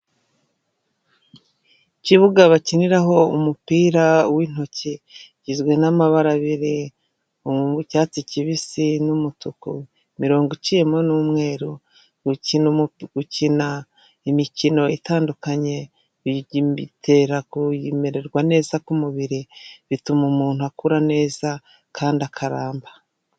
Ikibuga bakiniraho umupira w'intoki kigizwe n'amabara abiri cyatsi kibisi n'umutuku, imirongo iciyemo n'umweru gukina imikino itandukanye bitera kumererwa neza k'umubiri, bituma umuntu akura neza kandi akaramba.